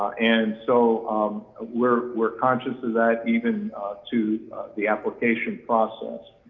and so um ah we're we're conscious of that even to the application process.